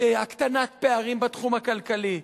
הקטנת פערים בתחום הכלכלי,